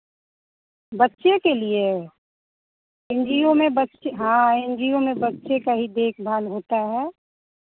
बच्चे के लिए एन जी ओ में बच्चे हाँ एन जी ओ में बच्चे का ही देखभाल होता है